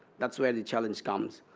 that's where the challenge comes.